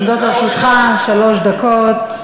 עומדות לרשותך שלוש דקות.